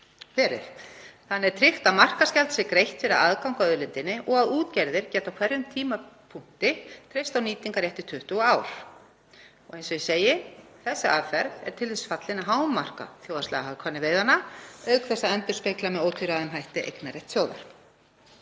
Þannig er tryggt að markaðsgjald sé greitt fyrir aðgang að auðlindinni og að útgerðir geti á hverjum tímapunkti treyst á nýtingarrétt í 20 ár. Þessi aðferð er til þess fallin að hámarka þjóðhagslega hagkvæmni veiðanna auk þess að endurspegla með ótvíræðum hætti eignarrétt þjóðar.